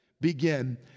Begin